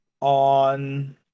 on